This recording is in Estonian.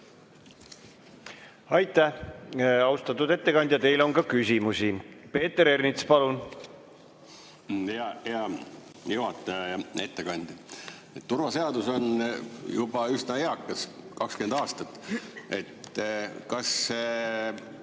Aitäh! Austatud ettekandja, teile on ka küsimusi. Peeter Ernits, palun! Hea juhataja! Hea ettekandja! Turvaseadus on juba üsna eakas, 20 aastat. Kas